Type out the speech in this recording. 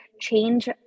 change